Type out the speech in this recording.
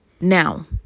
Now